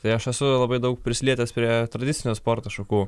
tai aš esu labai daug prisilietęs prie tradicinių sporto šakų